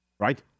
Right